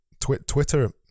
Twitter